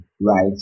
right